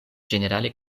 ĝenerale